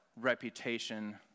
reputation